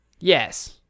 yes